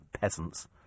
Peasants